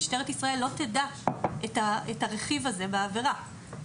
משטרת ישראל לא תדע את הרכיב הזה בעבירה.